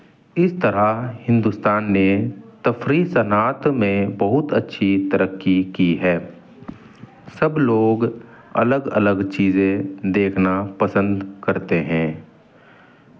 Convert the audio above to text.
اس طرح ہندوستان نے تفریح صنعت میں بہت اچھی ترقی کی ہے سب لوگ الگ الگ چیزیں دیکھنا پسند کرتے ہیں